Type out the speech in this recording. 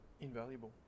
Invaluable